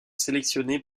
sélectionné